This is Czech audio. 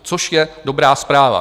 Což je dobrá zpráva.